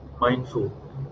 mindful